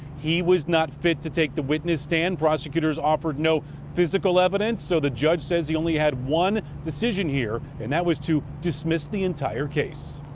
he was not fit to take the witness stand. prosecutors offered no physical evidence. so the judge said he only had one decision here, and that was to dismiss the entire case.